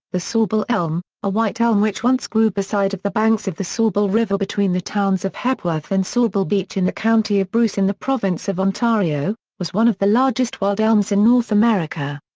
the sauble elm, a white elm which once grew beside the banks of the sauble river between the towns of hepworth and sauble beach in the county of bruce in the province of ontario, was one of the largest wild elms in north america.